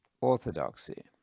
Orthodoxy